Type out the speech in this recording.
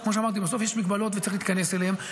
כמו שאמרתי, בסוף יש מגבלות וצריך להתכנס אליהן.